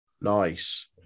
Nice